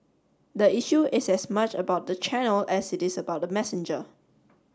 the issue is as much about the channel as it is about the messenger